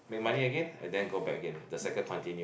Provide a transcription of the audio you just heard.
make money again and then go back again the cycle continue